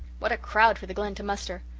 what a crowd for the glen to muster!